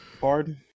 Pardon